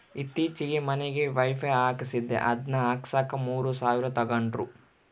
ಈತ್ತೀಚೆಗೆ ಮನಿಗೆ ವೈಫೈ ಹಾಕಿಸ್ದೆ ಅದನ್ನ ಹಾಕ್ಸಕ ಮೂರು ಸಾವಿರ ತಂಗಡ್ರು